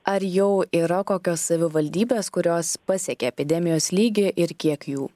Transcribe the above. ar jau yra kokios savivaldybės kurios pasiekė epidemijos lygį ir kiek jų